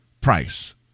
price